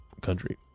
country